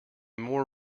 more